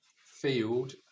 field